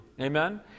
Amen